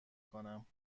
کنم